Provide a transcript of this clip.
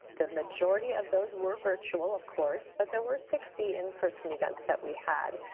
the majority of those were virtual of course, but there were sixty in person events that we had,